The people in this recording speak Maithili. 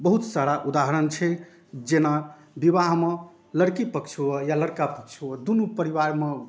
बहुत सारा उदाहरण छै जेना विवाहमे लड़की पक्ष हुअए या लड़का पक्ष हुअए दुनू परिवारमे